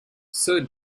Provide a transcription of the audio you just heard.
sir